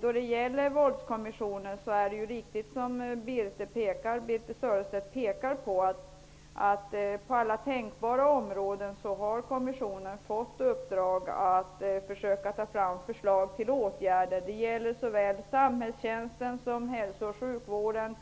Då det gäller Våldskommissionen är det riktigt, som Birthe Sörestedt säger, att kommissionen på alla tänkbara områden har fått i uppdrag att försöka ta fram förslag till åtgärder. Det gäller samhällstjänsten men också hälsooch sjukvården,